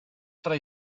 tra